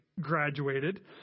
graduated